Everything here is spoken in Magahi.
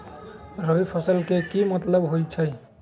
रबी फसल के की मतलब होई छई?